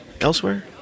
elsewhere